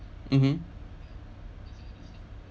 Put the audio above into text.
mmhmm